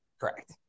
Correct